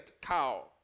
cow